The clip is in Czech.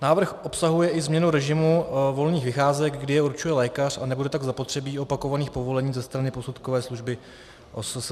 Návrh obsahuje i změnu režimu volných vycházek, kdy je určuje lékař, a nebude tak zapotřebí opakovaných povolení ze strany posudkové služby OSSZ.